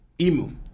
Emu